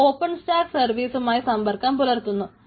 അത് open stack സർവീസുമായി സമ്പർക്കം പുലർത്തുന്നു